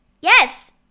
Yes